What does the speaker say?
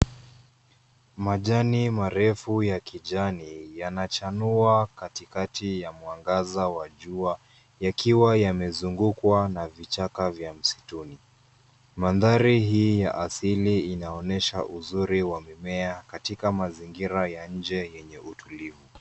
Majani marefu ya kijani, yanachanua katikati ya mwangaza wa jua, yakiwa yamezungukwa na vichaka vya msituni. Mandhari hii ya asili inaonyesha uzuri wa mimea katika mazingira ya inje yenye utulivu.